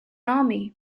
army